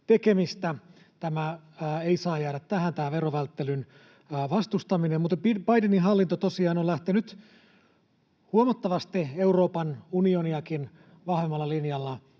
tekemistä. Tämä verovälttelyn vastustaminen ei saa jäädä tähän, mutta Bidenin hallinto tosiaan on lähtenyt huomattavasti Euroopan unioniakin vahvemmalla linjalla